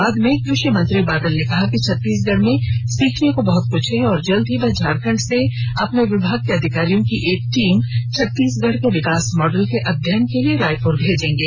बाद में कृषि मंत्री बादल ने कहा कि छत्तीसगढ़ में सीखने को बहत कुछ है जल्द ही वह झारखंड से अपने विभाग के अधिकारियों की एक टीम छत्तीसगढ़ के विकास मॉडल के अध्ययन के लिए रायपुर भेजेंगे